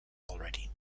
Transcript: already